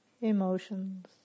emotions